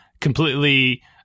completely